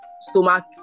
stomach